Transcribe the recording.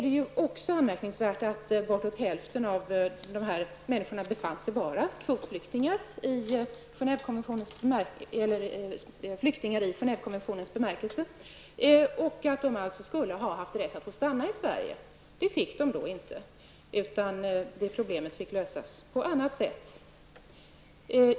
Det är också anmärkningsvärt att bortåt hälften av dessa människor befanns vara flyktingar i Genèvekonventionens bemärkelse och att de alltså skulle ha haft rätt att stanna i Sverige. Det fick de alltså inte, utan problemet måste lösas på annat sätt.